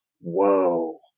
whoa